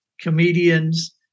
comedians